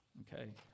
okay